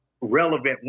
relevant